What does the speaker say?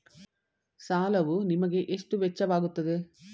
ಸಾಲವು ನಿಮಗೆ ಎಷ್ಟು ವೆಚ್ಚವಾಗುತ್ತದೆ?